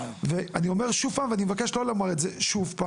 ואני אומר שוב ומבקש לא לומר את זה שוב,